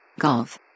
Golf